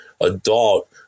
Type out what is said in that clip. adult